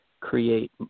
create